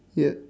yup